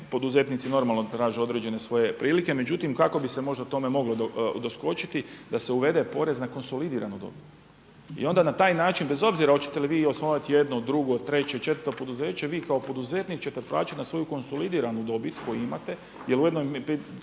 poduzetnici normalno traže određene svoje prilike. Međutim, kako bi se možda tome moglo doskočiti da se uvede porez na konsolidiranu dobit. I onda na taj način bez obzira hoćete li vi osnovati jedno, drugo, treće, četvrto poduzeće vi kao poduzetnik ćete plaćati na svoju konsolidiranu dobit koju imate. Jer u jednom